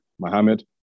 Mohammed